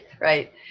right